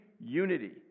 unity